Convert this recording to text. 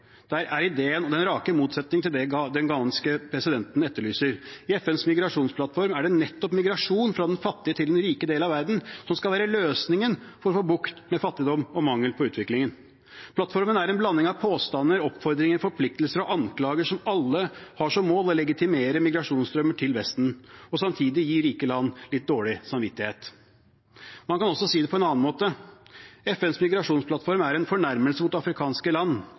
Der er ideen den rake motsetning til det den ghanesiske presidenten etterlyser. I FNs migrasjonsplattform er det nettopp migrasjon fra den fattige til den rike delen av verden som skal være løsningen for å få bukt med fattigdom og mangel på utvikling. Plattformen er en blanding av påstander, oppfordringer, forpliktelser og anklager som alle har som mål å legitimere migrasjonsstrømmer til Vesten, og samtidig gi rike land litt dårlig samvittighet. Man kan også si det på en annen måte: FNs migrasjonsplattform er en fornærmelse mot afrikanske land